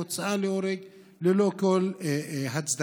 זאת הייתה הוצאה להורג ללא כל הצדקה.